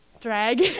drag